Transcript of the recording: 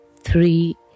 three